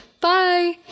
Bye